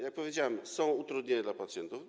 Jak powiedziałem, są utrudnienia dla pacjentów.